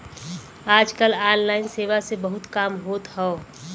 आज कल ऑनलाइन सेवा से बहुत काम होत हौ